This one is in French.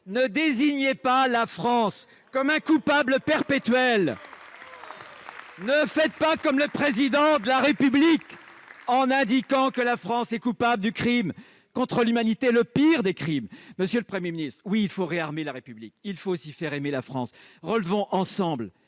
Ne désignez pas la France comme une coupable perpétuelle. Ne faites pas comme le Président de la République, qui a déclaré que la France était coupable de crimes contre l'humanité, le pire des crimes ! Monsieur le Premier ministre, il faut réarmer la République et faire aimer la France. Relevons ensemble